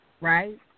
right